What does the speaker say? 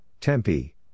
Tempe